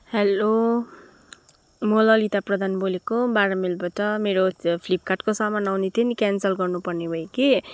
hello म ललिता प्रधान बोलेको बाह्र माइलबाट मेरो फ्लिपकार्टको सामान आउने थियो नि क्यान्सल गर्नु पर्ने भयो कि